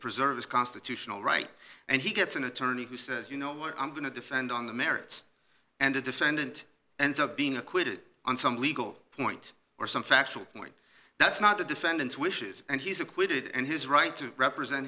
preserve his constitutional right and he gets an attorney who says you know what i'm going to defend on the merits and the defendant ends up being acquitted on some legal point or some factual point that's not the defendant's wishes and he's acquitted and his right to represent